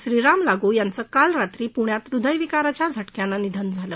श्रीराम लागू यांचं काल रात्री पूण्यात हृदयविकाराच्या झटक्यानं निधन झालं